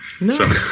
No